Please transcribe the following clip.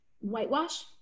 whitewash